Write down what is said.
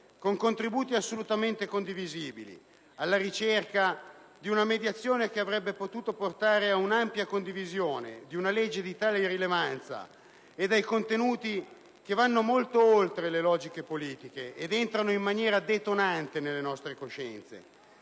contributi assolutamente condivisibili, alla ricerca di una mediazione che avrebbe potuto portare ad un'ampia condivisione su una legge di tale rilevanza e dai contenuti che vanno molto oltre le logiche politiche ed entrano in maniera detonante nelle nostre coscienze.